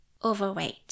Overweight